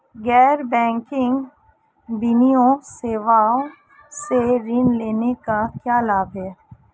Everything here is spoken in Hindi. गैर बैंकिंग वित्तीय सेवाओं से ऋण लेने के क्या लाभ हैं?